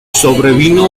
sobrevino